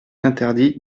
interdit